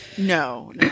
No